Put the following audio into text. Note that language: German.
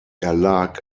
erlag